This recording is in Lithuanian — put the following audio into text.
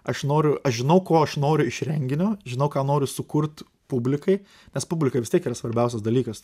aš noriu aš žinau ko aš noriu iš renginio žinau ką noriu sukurt publikai nes publika vis tiek yra svarbiausias dalykas